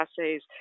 assays